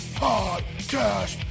podcast